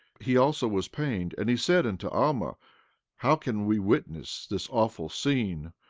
he also was pained and he said unto alma how can we witness this awful scene?